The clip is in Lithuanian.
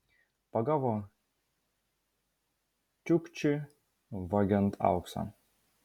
pagavo čiukčį vagiant auksą